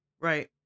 Right